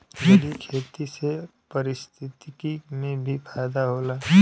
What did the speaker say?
जलीय खेती से पारिस्थितिकी के भी फायदा होला